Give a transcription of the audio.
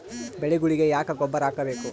ಬೆಳಿಗೊಳಿಗಿ ಯಾಕ ಗೊಬ್ಬರ ಹಾಕಬೇಕು?